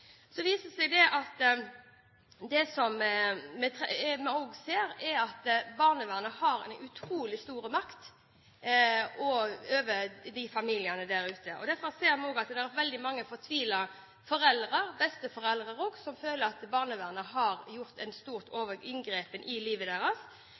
Det vi også ser, er at barnevernet har utrolig stor makt over disse familiene. Derfor ser vi at det er veldig mange fortvilte foreldre – besteforeldre også – som føler at barnevernet har gjort en